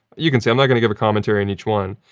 you can see. i'm not gonna give a commentary on each one,